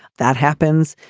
that happens.